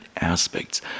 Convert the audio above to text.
aspects